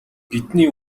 бидний